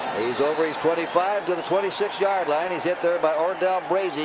he's over his twenty five. to the twenty six yard line. he's hit there by ordell braase,